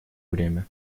время